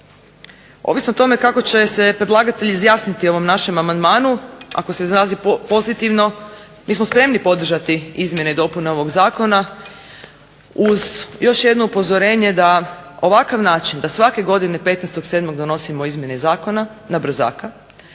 ovisno o tome kako će se predlagatelj izjasniti o ovom našem amandmanu, ako se izrazi pozitivno mi smo spremni podržati izmjene i dopune ovog Zakona uz još jedno upozorenje da na ovakav način da svake godine 15. 7. donosimo izmjene Zakona nabrzaka,